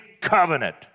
covenant